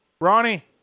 Ronnie